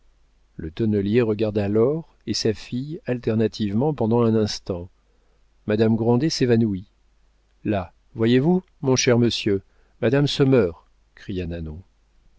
le tonnelier regarda l'or et sa fille alternativement pendant un instant madame grandet s'évanouit là voyez-vous mon cher monsieur madame se meurt cria nanon